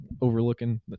overlooking